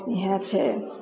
इएह छै